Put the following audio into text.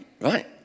right